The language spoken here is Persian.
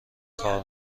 کار